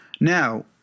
Now